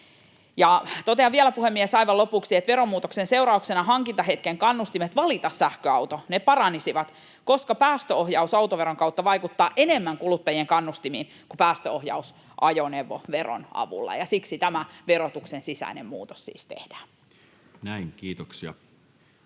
Totean vielä, puhemies, aivan lopuksi, että veromuutoksen seurauksena hankintahetken kannustimet valita sähköauto paranisivat, koska päästöohjaus autoveron kautta vaikuttaa enemmän kuluttajien kannustimiin kuin päästöohjaus ajoneuvoveron avulla, ja siksi tämä verotuksen sisäinen muutos siis tehdään. Näin, kiitoksia.